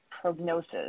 prognosis